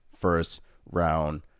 first-round